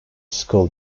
school